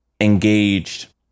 engaged